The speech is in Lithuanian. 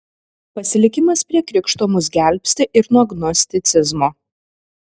pasilikimas prie krikšto mus gelbsti ir nuo gnosticizmo